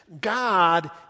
God